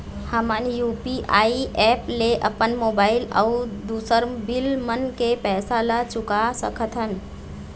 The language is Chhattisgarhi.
हमन यू.पी.आई एप ले अपन मोबाइल अऊ दूसर बिल मन के पैसा ला चुका सकथन